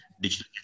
digital